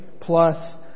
plus